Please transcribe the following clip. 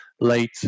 late